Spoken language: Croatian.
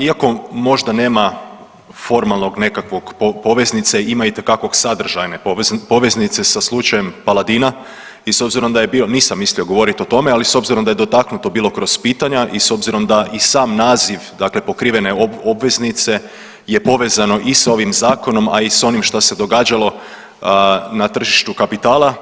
Iako možda nema formalnog nekakvog poveznice ima itekako sadržajne poveznice sa slučajem Paladina i s obzirom da je bio, nisam mislio govoriti o tome, ali s obzirom da je bilo dotaknuto kroz pitanja i s obzirom da i sam naziv, dakle pokrivene obveznice je povezano i sa ovim zakonom, a i sa onim što se događalo n a tržištu kapitala.